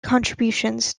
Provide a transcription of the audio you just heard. contributions